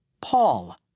Paul